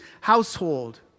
household